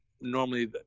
normally